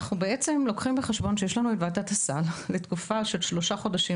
אנחנו בעצם לוקחים בחשבון שיש לנו את ועדת הסל לתקופה של שלושה חודשים